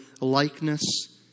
likeness